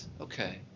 okay